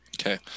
Okay